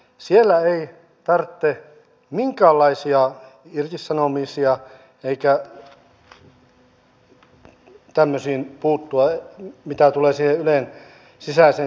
siellä ei tarvitse minkäänlaisia irtisanomisia eikä tämmöisiin puuttua mitä tulee siihen ylen sisäiseen toimintaan